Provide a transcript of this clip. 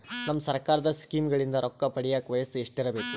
ನಮ್ಮ ಸರ್ಕಾರದ ಸ್ಕೀಮ್ಗಳಿಂದ ರೊಕ್ಕ ಪಡಿಯಕ ವಯಸ್ಸು ಎಷ್ಟಿರಬೇಕು?